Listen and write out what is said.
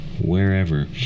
wherever